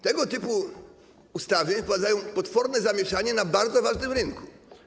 Tego typu ustawy wprowadzają potworne zamieszanie na bardzo ważnym rynku.